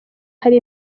hari